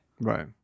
Right